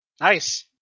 Nice